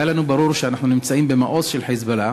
היה ברור לנו שאנחנו נמצאים במעוז של "חיזבאללה",